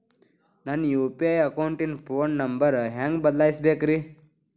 ನನ್ನ ಯು.ಪಿ.ಐ ಅಕೌಂಟಿನ phone number ಹೆಂಗ್ ಬದಲಾಯಿಸ ಬೇಕ್ರಿ?